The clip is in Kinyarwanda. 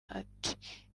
ati